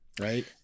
right